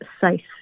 safe